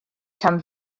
tan